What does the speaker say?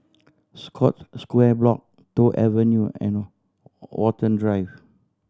Scotts Square Block Toh Avenue and Watten Drive